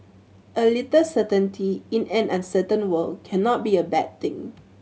a little certainty in an uncertain world cannot be a bad thing